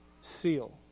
Seal